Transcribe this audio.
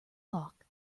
lock